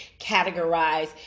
categorize